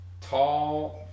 tall